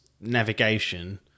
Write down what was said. navigation